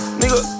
nigga